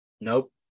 Nope